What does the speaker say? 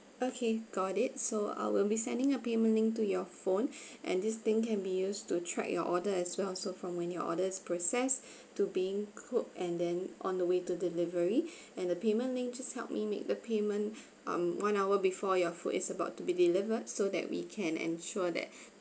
okay got it so I will be sending a payment link to your phone and this thing can be used to track your order as well so from when your order is processed to being cooked and then on the way to delivery and the payment link just help me make the payment um one hour before your food is about to be delivered so that we can ensure that